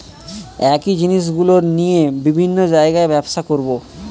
একই জিনিসগুলো নিয়ে বিভিন্ন জায়গায় ব্যবসা করবো